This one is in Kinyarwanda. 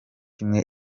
n’imwe